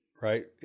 right